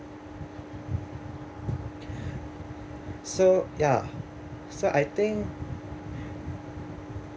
so ya so I think